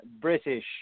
British